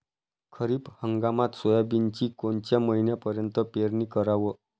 खरीप हंगामात सोयाबीनची कोनच्या महिन्यापर्यंत पेरनी कराव?